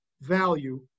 value